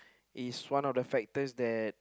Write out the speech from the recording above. is one of the factors that